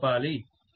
మరో 200 kVA